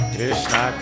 Krishna